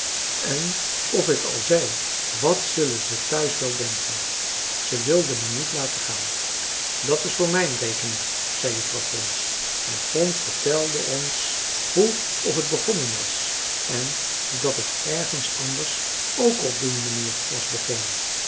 en of ik al zei wat zullen ze thuis wel denken ze wilden me niet laten gaan dat is voor mijn rekening zei juffrouw pons en pons vertelde ons hoe of het begonnen was en dat het ergens anders ook op die manier was begonnen